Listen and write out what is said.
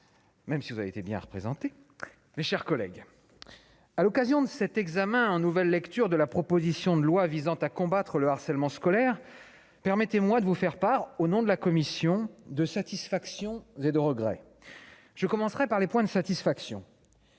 manqué voilà quinze jours !-, mes chers collègues, à l'occasion de cet examen en nouvelle lecture de la proposition de loi visant à combattre le harcèlement scolaire, permettez-moi de vous faire part, au nom de la commission, de satisfactions et de regrets. Je commencerai par les points de satisfaction.